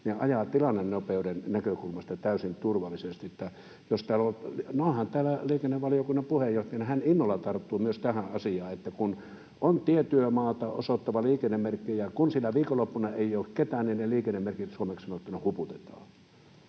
ja ajavat tilannenopeuden näkökulmasta täysin turvallisesti. No, onhan täällä liikennevaliokunnan puheenjohtaja, niin että hän innolla tarttuu myös tähän asiaan, että kun on tietyömaata osoittava liikennemerkki ja kun sinä viikonloppuna ei ole ketään, niin ne liikennemerkit suomeksi sanottuna huputetaan.